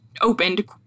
opened